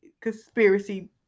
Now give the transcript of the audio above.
conspiracy